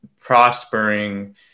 prospering